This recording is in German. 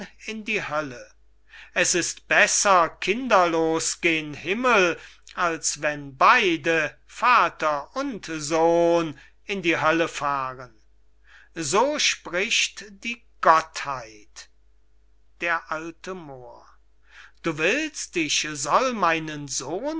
in die hölle es ist besser kinderlos gen himmel als wenn beide vater und sohn in die hölle fahren so spricht die gottheit d a moor du willst ich soll meinen sohn